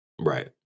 right